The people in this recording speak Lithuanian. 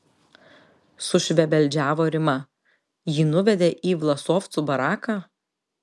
sušvebeldžiavo rima jį nuvedė į vlasovcų baraką